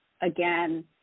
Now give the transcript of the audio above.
again